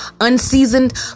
unseasoned